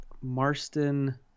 Marston